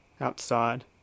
outside